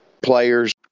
players